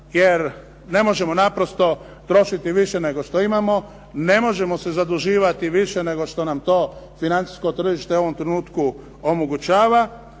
jer ne možemo naprosto trošiti više nego što imamo, ne možemo se zaduživati više nego što nam to financijsko tržište u ovom trenutku omogućava